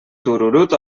tururut